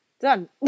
Done